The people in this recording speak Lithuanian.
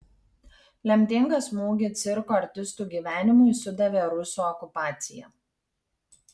lemtingą smūgį cirko artistų gyvenimui sudavė rusų okupacija